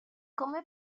come